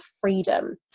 freedom